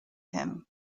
him